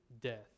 death